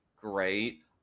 great